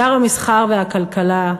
שר המסחר והכלכלה,